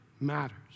matters